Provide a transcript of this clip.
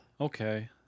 okay